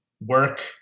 work